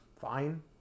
fine